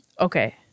Okay